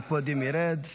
חבר הכנסת ירון לוי, בבקשה.